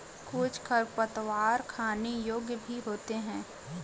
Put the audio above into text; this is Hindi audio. कुछ खरपतवार खाने योग्य भी होते हैं